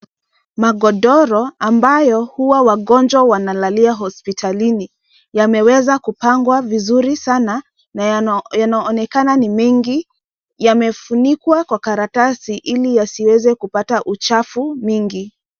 Magodoro ambayo huwa wagonjwa wanalalia hospitalini, yameweza kupangwa vizuri sana na yanaonekana ni mingi yamefunikwa kwa karatasi ili yasiweza kupata uchafu mingi.